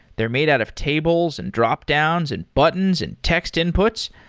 they're made out of tables, and dropdowns, and buttons, and text inputs.